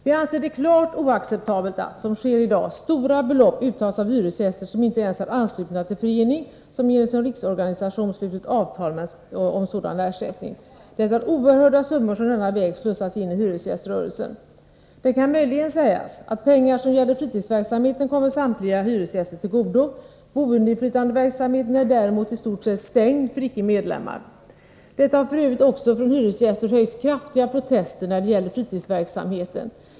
Vi anser det klart oacceptabelt att, som sker i dag, stora belopp uttas av hyresgäster som inte ens är anslutna till förening som genom sin riksorganisation slutit avtal om sådan ersättning. Det är oerhörda summor som denna väg slussas in i hyresgäströrelsen. Det kan möjligen sägas att pengar som gäller fritidsverksamheten kommer samtliga hyresgäster till godo. Boinflytandeverksamheten är däremot i stort sett stängd för icke medlemmar. Det har f.ö. från hyresgäster hörts kraftiga protester när det gällt fritidsverksamheten.